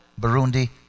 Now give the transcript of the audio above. Burundi